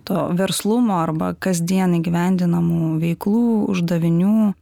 to verslumo arba kasdien įgyvendinamų veiklų uždavinių